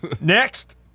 Next